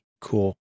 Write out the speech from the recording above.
cool